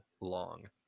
Long